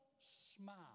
Smile